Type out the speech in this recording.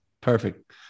Perfect